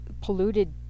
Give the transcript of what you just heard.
polluted